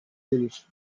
gelir